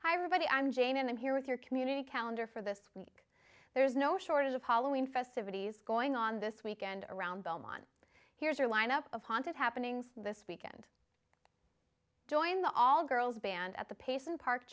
the i'm jane and i'm here with your community calendar for this week there's no shortage of hollowing festivities going on this weekend around belmont here's your lineup of haunted happenings this weekend join the all girls band at the pace in park